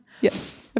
Yes